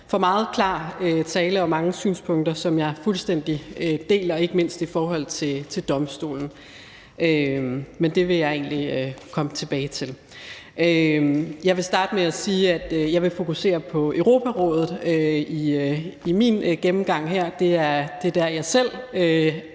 jeg fokuserer på Europarådet i min gennemgang